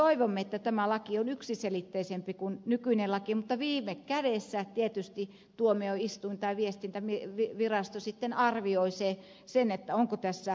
toivomme että tämä laki on yksiselitteisempi kuin nykyinen laki mutta viime kädessä tietysti tuomioistuin tai viestintävirasto sitten arvioi sen onko tässä onnistuttu